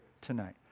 tonight